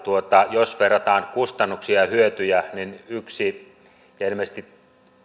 jos verrataan kustannuksia ja hyötyjä niin yksi ja ilmeisesti